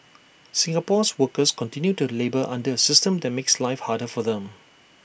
Singapore's workers continue to labour under A system that makes life harder for them